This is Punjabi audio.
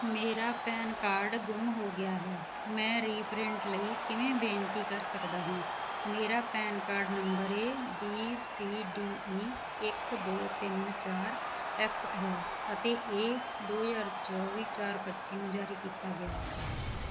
ਮੇਰਾ ਪੈਨ ਕਾਰਡ ਗੁੰਮ ਹੋ ਗਿਆ ਹੈ ਮੈਂ ਰੀਪ੍ਰਿੰਟ ਲਈ ਕਿਵੇਂ ਬੇਨਤੀ ਕਰ ਸਕਦਾ ਹਾਂ ਮੇਰਾ PAN card number A B C D E ਇੱਕ ਦੋ ਤਿੰਨ ਚਾਰ ਐਫ ਹੈ ਅਤੇ ਇਹ ਦੋ ਹਜ਼ਾਰ ਚੌਵੀ ਚਾਰ ਪੱਚੀ ਨੂੰ ਜਾਰੀ ਕੀਤਾ ਗਿਆ ਸੀ